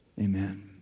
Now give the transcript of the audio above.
Amen